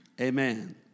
Amen